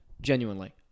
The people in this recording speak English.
genuinely